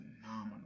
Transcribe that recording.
phenomenal